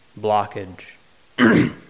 blockage